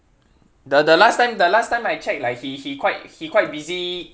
the the last time the last time I check like he he quite he quite busy